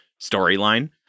storyline